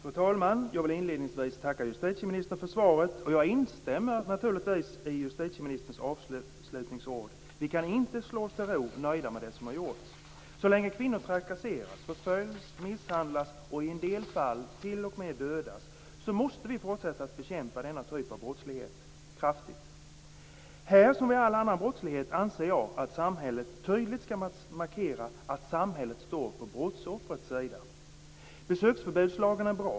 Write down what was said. Fru talman! Jag vill inledningsvis tacka justitieministern för svaret, och jag instämmer naturligtvis i justitieministerns avslutningsord. Vi kan inte slå oss till ro, nöjda med det som har gjorts. Så länge kvinnor trakasseras, förföljs, misshandlas och i en del fall t.o.m. dödas måste vi fortsätta bekämpa denna typ av brottslighet kraftigt. Här, liksom vid all annan brottslighet, anser jag att samhället tydligt skall markera att samhället står på brottsoffrets sida. Besöksförbudslagen är bra.